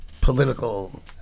political